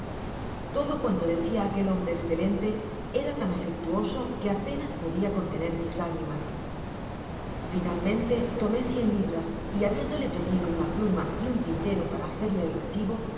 todo cuanto decia aquel hombre escelente era tan afectuoso que apenas podia contener mis lágrimas finalmente tomé cien libras y habiéndole pedido una pluma y un tintero par'a hacerle et recibo